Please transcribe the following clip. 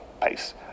pace